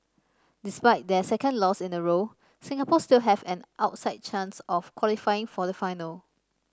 despite their second loss in a row Singapore still have an outside chance of qualifying for the final